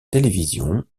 télévision